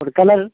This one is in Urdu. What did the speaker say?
اور کلر